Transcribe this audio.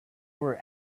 were